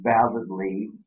validly